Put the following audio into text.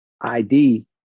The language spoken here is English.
ID